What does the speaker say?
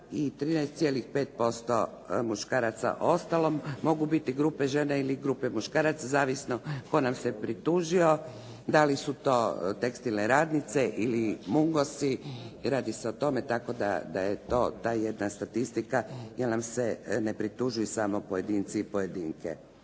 13,5% muškaraca, a ostalo mogu biti grupe žena ili grupe muškaraca, zavisno tko nam se pritužio, da li su tekstilne radnice ili Mungosi, radi se o tome tako da je to ta jedna statistika jer nam se ne pritužuju samo pojedinci i pojedinke.